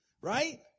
right